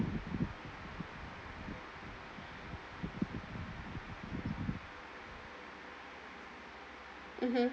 mmhmm